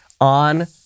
on